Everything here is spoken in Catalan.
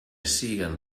siguen